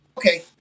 Okay